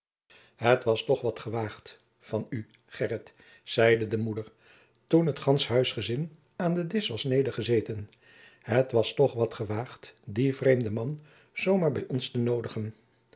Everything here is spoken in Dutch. het was toch wat ewaôgd van oe gheryt zeide de moeder toen het gandsche huisgezin aan den disch was nedergezeten het was toch wat ewaôgd dien vreemden man zoo maôr bij ons te noodigen